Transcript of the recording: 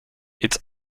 it’s